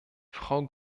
frau